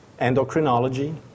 endocrinology